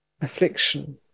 affliction